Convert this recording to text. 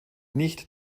nicht